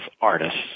artists